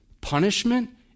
punishment